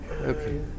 okay